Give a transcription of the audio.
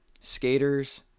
skaters